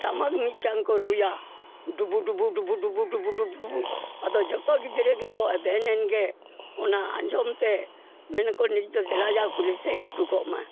ᱴᱟᱢᱟᱠ ᱢᱤᱫᱴᱟᱝ ᱨᱩᱭᱟ ᱰᱩᱵᱩᱻ ᱰᱩᱵᱩᱻᱰᱩᱵᱩᱻᱰᱩᱵᱩᱻᱰᱩᱵᱩ ᱟᱫᱚ ᱡᱚᱛᱚ ᱜᱤᱫᱽᱨᱟᱹ ᱜᱮᱠᱚ ᱮᱵᱷᱮᱱᱮᱱ ᱜᱮ ᱚᱱᱟ ᱟᱸᱡᱚᱢ ᱛᱮ ᱢᱮᱱᱟᱠᱚ ᱱᱤᱛ ᱫᱚ ᱫᱮᱞᱟᱭᱟ ᱠᱩᱞᱦᱤ ᱥᱮᱫ ᱩᱰᱩᱠᱚᱜ ᱢᱟ